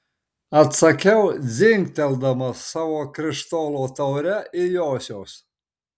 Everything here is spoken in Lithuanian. atsakiau dzingteldamas savo krištolo taure į josios